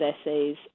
essays